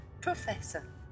Professor